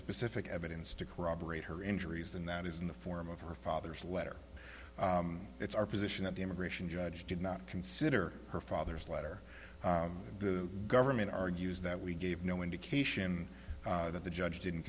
specific evidence to corroborate her injuries and that is in the form of her father's letter it's our position that the immigration judge did not consider her father's letter and the government argues that we gave no indication that the judge didn't